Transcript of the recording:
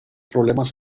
problemas